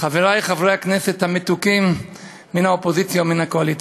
חברי חברי הכנסת המתוקים מן האופוזיציה ומן הקואליציה,